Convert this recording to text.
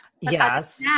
Yes